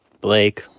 Blake